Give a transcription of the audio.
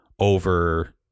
Over